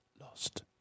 Lost